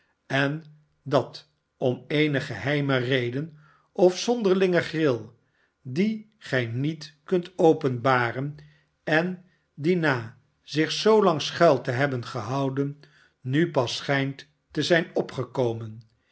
en dat om eene geheime reden of zonderlinge gril die gij niet kunt openbaren en die na zich zoolang schuil te hebben gehouden nu pas schijnt te zijn opgekomen